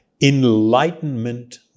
enlightenment